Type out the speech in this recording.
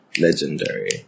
legendary